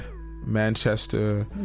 Manchester